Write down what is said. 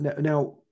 now